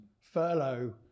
furlough